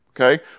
Okay